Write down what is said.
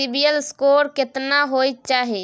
CIBIL score केतना होय चाही?